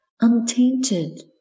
untainted